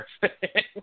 perfect